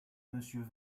monsieur